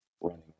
running